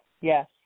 yes